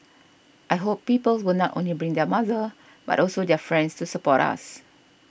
I hope people will not only bring their mother but also their friends to support us